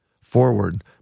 forward